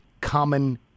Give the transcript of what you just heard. common